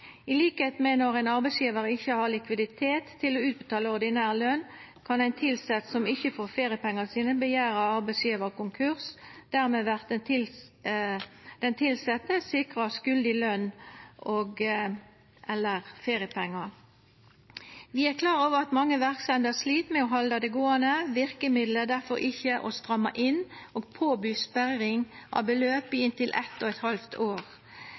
med når ein arbeidsgjevar ikkje har likviditet til å utbetala ordinær løn, kan ein tilsett som ikkje får feriepengane sine, krevja arbeidsgjevaren konkurs. Dermed vert den tilsette sikra skuldig løn og/eller feriepengar. Vi er klar over at mange verksemder slit med å halda det gåande. Verkemiddelet er difor ikkje å stramma inn og påby sperring av beløp i inntil eitt og eit halvt år.